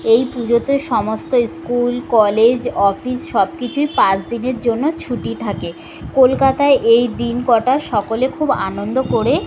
এই পুজোতে সমস্ত স্কুল কলেজ অফিস সব কিছুই পাঁচ দিনের জন্য ছুটি থাকে কলকাতায় এই দিন কটা সকলে খুব আনন্দ করে